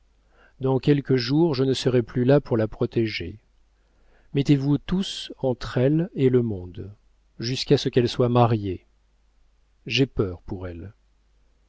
dans quelques jours je ne serai plus là pour la protéger mettez-vous tous entre elle et le monde jusqu'à ce qu'elle soit mariée j'ai peur pour elle